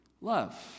love